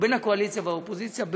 ובין הקואליציה והאופוזיציה.